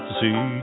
see